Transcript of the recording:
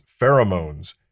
pheromones